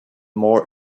more